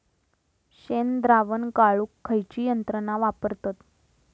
शेणद्रावण गाळूक खयची यंत्रणा वापरतत?